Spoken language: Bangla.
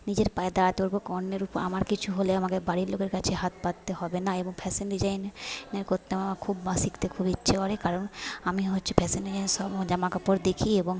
নিজের পায়ে দাঁড়াতে পারব অন্যের উপর আমার কিছু হলে আমাকে বাড়ির লোকের কাছে হাত পাততে হবে না এবং ফ্যাশন ডিজাইন করতে আমার খুব বা শিখতে খুব ইচ্ছা করে কারণ আমি হচ্ছে ফ্যাশন দিজিন সব জামা কাপড় দেখি এবং